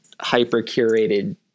hyper-curated